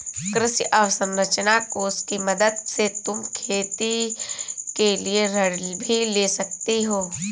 कृषि अवसरंचना कोष की मदद से तुम खेती के लिए ऋण भी ले सकती हो